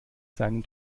seinen